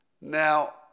Now